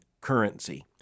currency